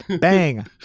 Bang